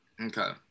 Okay